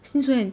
since when